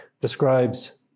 describes